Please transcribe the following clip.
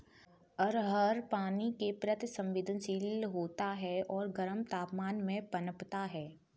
अरहर पानी के प्रति संवेदनशील होता है और गर्म तापमान में पनपता है